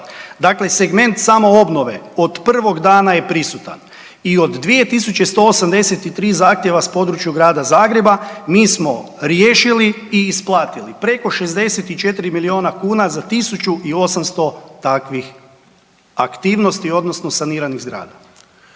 Dakle, segment samoobnove od prvog dana je prisutan. I od 2183 zahtjeva s područja Grada Zagreba mi smo riješili i isplatili preko 64 miliona kuna za 1800 takvih aktivnosti odnosno saniranih zgrada.